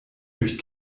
durch